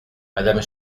madame